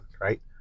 right